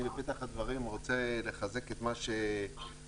בפתח הדברים אני רוצה לחזק את מה שנאמר